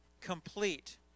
complete